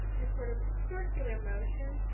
this sort of circular motion,